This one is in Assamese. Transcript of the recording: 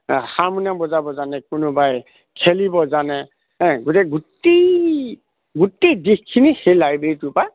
হাৰমনিয়াম বজাব জানে কোনোবাই খেলিব জানে গোটেই গোটেই গোটেই দিশখিনি সেই লাইব্ৰেৰীটোৰ পৰা